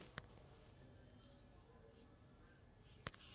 sir ನನ್ನ ಸಾಲದ ಕಂತು ಕಟ್ಟಿದಮೇಲೆ ಮೆಸೇಜ್ ಬಂದಿಲ್ಲ ರೇ